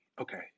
Okay